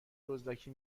دزدکی